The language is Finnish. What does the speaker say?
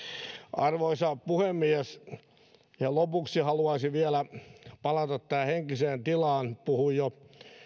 arvoisa puhemies ihan lopuksi haluaisin vielä palata tähän henkiseen tilaan puhuin jo